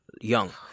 young